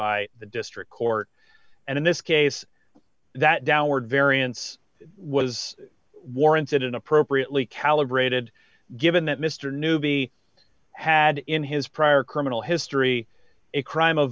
by the district court and in this case that downward variance was warranted and appropriately calibrated given that mr newby had in his prior criminal history a crime of